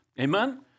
Amen